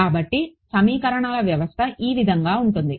కాబట్టి సమీకరణాల వ్యవస్థ ఈ విధంగా ఉంటుంది